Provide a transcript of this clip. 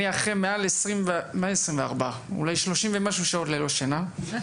אני אחרי 30 ומשהו שעות ללא שינה,